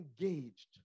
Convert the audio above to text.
engaged